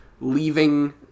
leaving